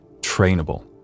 trainable